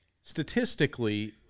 statistically